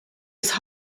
his